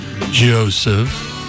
Joseph